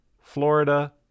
Florida